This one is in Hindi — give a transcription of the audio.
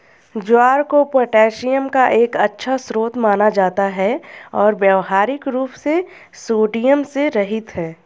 ज्वार को पोटेशियम का एक अच्छा स्रोत माना जाता है और व्यावहारिक रूप से सोडियम से रहित है